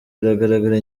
biragaragara